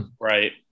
Right